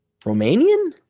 Romanian